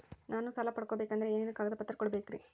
ನಾನು ಸಾಲ ಪಡಕೋಬೇಕಂದರೆ ಏನೇನು ಕಾಗದ ಪತ್ರ ಕೋಡಬೇಕ್ರಿ?